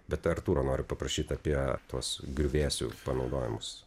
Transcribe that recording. bet artūro noriu paprašyt apie tuos griuvėsių panaudojimus